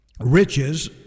riches